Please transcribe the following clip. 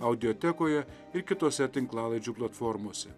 audiotekoje ir kitose tinklalaidžių platformose